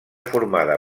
formada